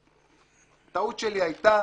הטעות שלי הייתה